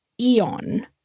Eon